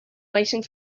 waiting